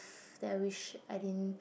that I wished I didn't